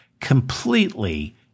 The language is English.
completely